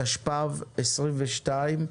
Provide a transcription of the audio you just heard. התשפ"ב-2022,